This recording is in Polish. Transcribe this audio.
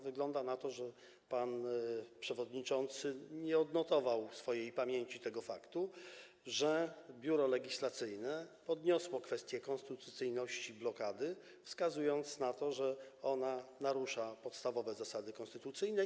Wygląda na to, że pan przewodniczący nie odnotował w swojej pamięci tego faktu, że Biuro Legislacyjne podniosło kwestię konstytucyjności blokady, wskazując na to, że narusza ona podstawowe zasady konstytucyjne.